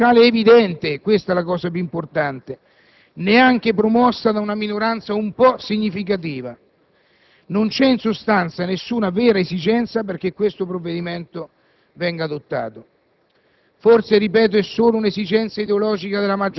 normare, problemi da risolvere; non c'è una spinta sociale evidente - questa è la cosa più importante - neanche promossa da una minoranza un po' significativa. Non c'è, in sostanza, nessuna vera esigenza perché questo provvedimento venga adottato.